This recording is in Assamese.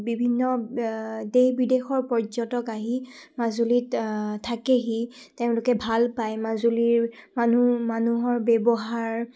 বিভিন্ন দেশ বিদেশৰ পৰ্যটক আহি মাজুলীত থাকেহি তেওঁলোকে ভাল পায় মাজুলীৰ মানুহ মানুহৰ ব্যৱহাৰ